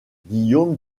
guillaume